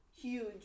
Huge